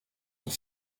sur